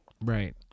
right